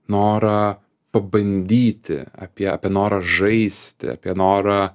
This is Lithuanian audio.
norą pabandyti apie apie norą žaisti apie norą